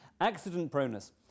accident-proneness